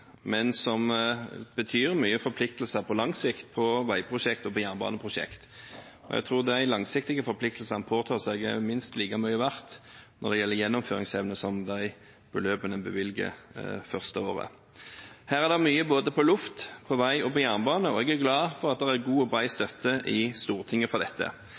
men som betyr mange forpliktelser på lang sikt, på veiprosjekt og på jernbaneprosjekt. Jeg tror de langsiktige forpliktelsene vi påtar oss, er minst like mye verdt når det gjelder gjennomføringsevne, som de beløpene vi bevilger det første året. Her er det mye på både luft, vei og jernbane, og jeg er glad for at det er god og bred støtte i Stortinget for dette.